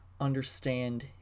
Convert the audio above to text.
understand